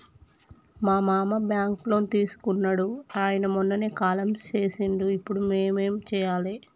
మా మామ బ్యాంక్ లో లోన్ తీసుకున్నడు అయిన మొన్ననే కాలం చేసిండు ఇప్పుడు మేం ఏం చేయాలి?